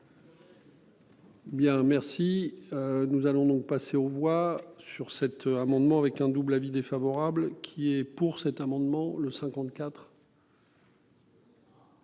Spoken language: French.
Bien merci. Nous allons donc passer aux voit sur cet amendement avec un double avis défavorable qui est pour cet amendement le 54.